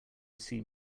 sea